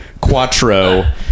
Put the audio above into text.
quattro